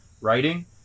Writing